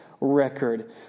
record